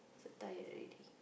so tired already